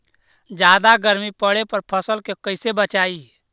जादा गर्मी पड़े पर फसल के कैसे बचाई?